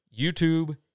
YouTube